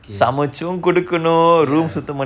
okay ya